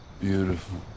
Beautiful